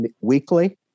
weekly